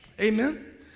Amen